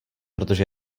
protože